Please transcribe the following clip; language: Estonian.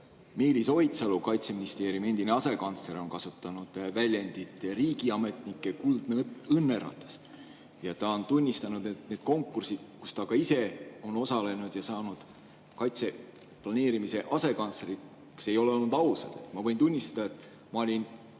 Meelis Oidsalu, Kaitseministeeriumi endine asekantsler, on kasutanud väljendit "riigiametnike kuldne õnneratas". Ja ta on tunnistanud, et need konkursid, kus ta ka ise on osalenud ja saanud kaitseplaneerimise asekantsleriks, ei ole olnud ausad. Ma võin tunnistada, et ma olen